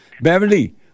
Beverly